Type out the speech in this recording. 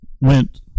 went